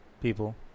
people